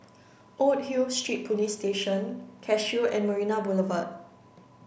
old Hill Street Police Station Cashew and Marina Boulevard